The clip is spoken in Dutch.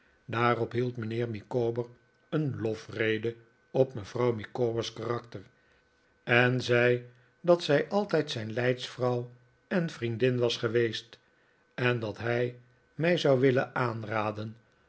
daarop hield mijnheer micawber een lofrede op mevrouw micawber's karakter en zei dat zij altijd zijn leids vrouw en vriendin was geweest en dat hij mij zou willen aanraden